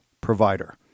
provider